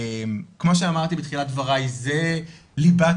כמו שאמרתי בתחילת דבריי זה ליבת